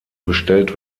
bestellt